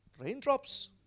Raindrops